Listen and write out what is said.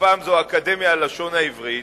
ופעם זו האקדמיה ללשון העברית,